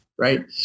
Right